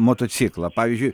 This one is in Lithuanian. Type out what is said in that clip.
motociklą pavyzdžiui